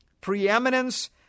preeminence